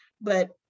but-